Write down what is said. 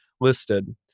listed